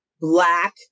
black